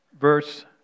verse